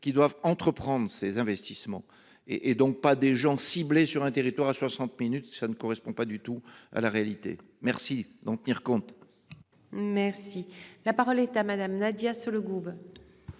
qui doivent entreprendre ces investissements et et donc pas des gens ciblés sur un territoire à 60 minutes ça ne correspond pas du tout à la réalité. Merci d'en tenir compte. Merci la parole est à madame Nadia Sollogoub.